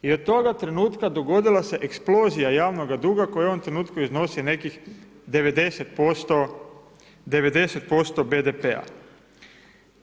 I od toga trenutka dogodila se eksplozija javnoga duga koji u ovom trenutku iznosi nekih 90% BDP-a.